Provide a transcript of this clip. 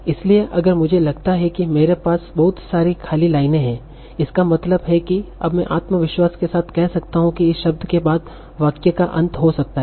इसलिए अगर मुझे लगता है कि मेरे बाद बहुत सारी खाली लाइनें हैं इसका मतलब है कि अब में आत्मविश्वास के साथ कह सकता हू की इस शब्द के बाद वाक्य का अंत हो सकता है